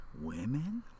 women